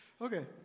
Okay